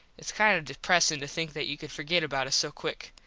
its kind of depresin to think that you could forget about us so quick.